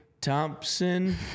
Thompson